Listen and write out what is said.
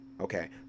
okay